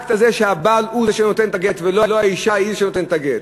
מהאקט הזה שהבעל הוא שנותן את הגט ולא האישה היא שנותנת את הגט.